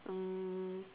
um